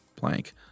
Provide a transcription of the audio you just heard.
Blank